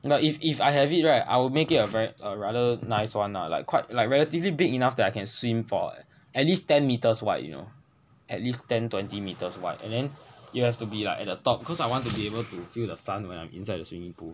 you know if if I have it right I will make it a very a rather nice one lah like quite like relatively big enough that I can swim for at least ten meters wide you know at least ten twenty metres wide and then you have to be like at the top cause I want to be able to feel the sun when I'm inside the swimming pool